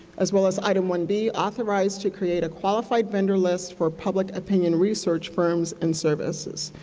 as well as item one b, authorize to create a qualified vendor list for public opinion research firms and services.